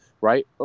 right